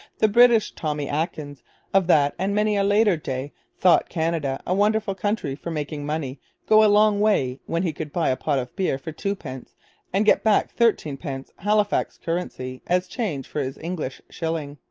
the british tommy atkins of that and many a later day thought canada a wonderful country for making money go a long way when he could buy a pot of beer for twopence and get back thirteen pence halifax currency as change for his english shilling.